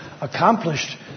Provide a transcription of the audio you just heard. accomplished